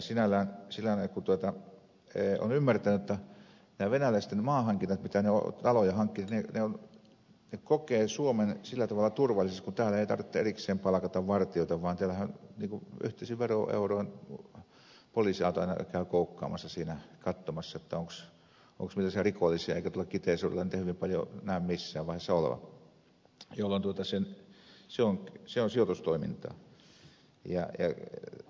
sinällään olen ymmärtänyt jotta nämä venäläiset mitä ne ovat taloja hankkineet kokevat suomen sillä tavalla turvalliseksi kun täällä ei tarvitse erikseen palkata vartijoita vaan täällähän yhteisin veroeuroin poliisiauto aina käy koukkaamassa siinä katsomassa onko siellä rikollisia eikä tuolla kiteen seudulla niitä hyvin paljon näy missään vaiheessa olevan jolloin se on sijoitustoimintaa